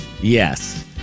Yes